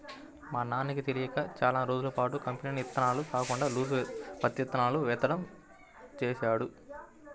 మా నాన్నకి తెలియక చానా రోజులపాటు కంపెనీల ఇత్తనాలు కాకుండా లూజు పత్తి ఇత్తనాలను విత్తడం చేశాడు